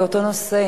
באותו נושא,